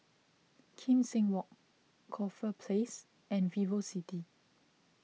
Kim Seng Walk Corfe Place and VivoCity